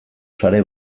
sare